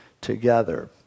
together